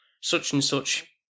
Such-and-Such